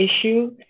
issue